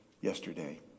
yesterday